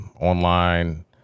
online